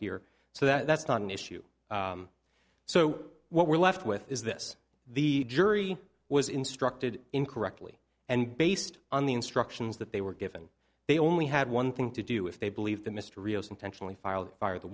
here so that's not an issue so what we're left with is this the jury was instructed incorrectly and based on the instructions that they were given they only had one thing to do if they believed that mr rios intentionally filed fire the